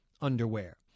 underwear